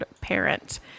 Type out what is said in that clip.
parent